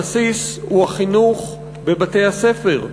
הבסיס הוא החינוך בבתי-הספר: